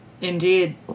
Indeed